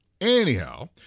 Anyhow